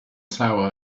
tower